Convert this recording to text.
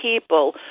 people